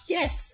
Yes